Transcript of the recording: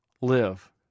live